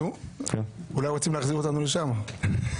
נו, אולי רוצים להחזיר אותם לשם...